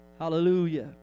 hallelujah